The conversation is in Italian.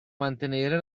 mantenere